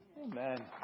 Amen